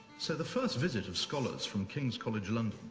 so the first visit of scholars from king's college london,